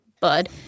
bud